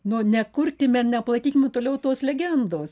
nu nekurkime ir nepalaikykime toliau tos legendos